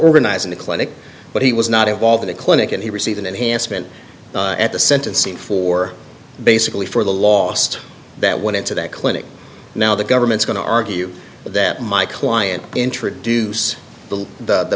organizing the clinic but he was not involved in a clinic and he received an enhancement at the sentencing for basically for the last that one to that clinic now the government's going to argue that my client introduce the the